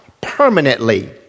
permanently